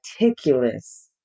meticulous